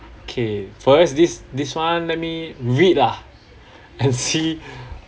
K for us this this one let me read lah and see